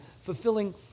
fulfilling